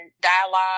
dialogue